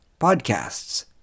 podcasts